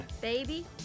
Baby